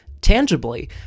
tangibly